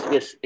Yes